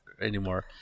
anymore